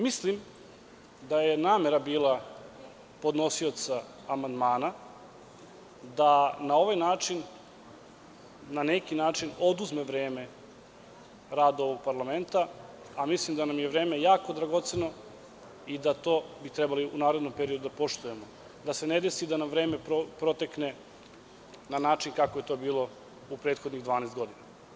Mislim da je namera podnosioca amandmana bila da na neki način oduzme vreme rada ovog parlamenta, a mislim da nam je vreme jako dragoceno i da bi to trebali u narednom periodu da poštujemo, da se ne desi da nam vreme protekne na način kako je to bilo prethodnih 12 godina.